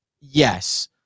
Yes